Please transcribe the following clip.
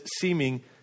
seeming